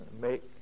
make